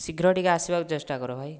ଶୀଘ୍ର ଟିକେ ଆସିବାକୁ ଚେଷ୍ଟା କର ଭାଇ